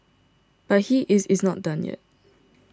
but he is is not done yet